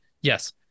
yes